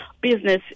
business